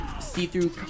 see-through